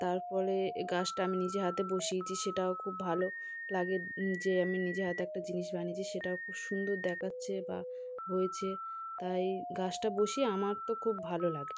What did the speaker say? তারপরে এ গাছটা আমি নিজে হাতে বসিয়েছি সেটাও খুব ভালো লাগে যে আমি নিজে হাতে একটা জিনিস বানিয়েছি সেটাও খুব সুন্দর দেখাচ্ছে বা হয়েছে তাই গাছটা বসিয়ে আমার তো খুব ভালো লাগে